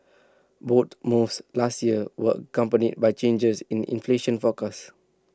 boat moves last year were accompanied by changes in inflation forecast